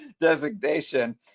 designation